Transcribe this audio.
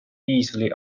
easily